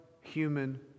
human